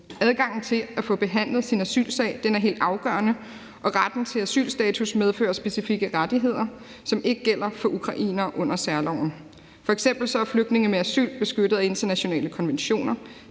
Adgangen til at få behandlet sin asylsag er helt afgørende, og retten til asylstatus medfører specifikke rettigheder, som ikke gælder for ukrainere under særloven. F.eks. er flygtninge med asyl beskyttet af internationale konventioner,